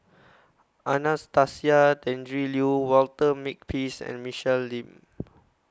Anastasia Tjendri Liew Walter Makepeace and Michelle Lim